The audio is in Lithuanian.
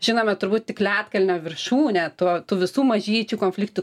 žinome turbūt tik ledkalnio viršūnę tuo tų visų mažyčių konfliktų